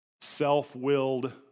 self-willed